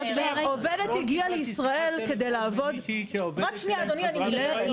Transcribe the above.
עובדת הגיעה לישראל כדי לעבוד --- היא חוזרת לארץ עם ילד.